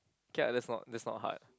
K ah that's not that's not hard